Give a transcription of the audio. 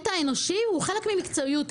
האנושיות היא חלק ממקצועיות.